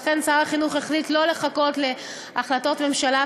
לכן שר החינוך החליט לא לחכות להחלטות ממשלה,